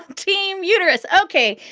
team uterus ok,